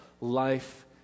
life